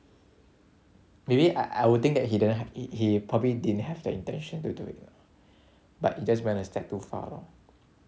maybe I I would think that he didn't he he probably didn't have the intention to do it lah but he just went a step too far lor